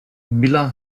mila